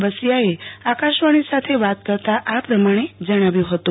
બસિયાએ આકાશવાણી સાથે વાત કરતા આ પ્રમાણે જણાવ્યું હતું